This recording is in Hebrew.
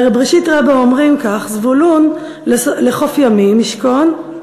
בבראשית רבה אומרים כך: "זבולון לחוף ימים ישכון,